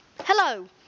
hello